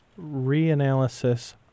reanalysis